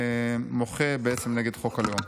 שמוחה בעצם נגד החוק הלאום.